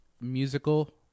musical